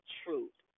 truth